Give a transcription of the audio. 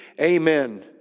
amen